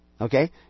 Okay